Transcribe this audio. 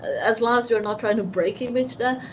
as long as we are not trying to break image there,